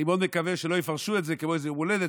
אני מאוד מקווה שלא יפרשו את זה כמו איזה יום הולדת,